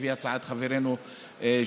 ולפי הצעת חברנו ג'אבר,